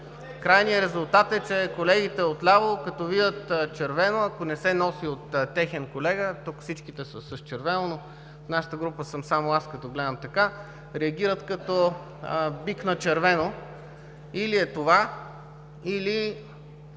Крайният резултат е, че колегите отляво, като видят червено, ако не се носи от техен колега, тук всичките са с червено, но в нашата група съм само аз, реагират като бик на червено. Или е това, или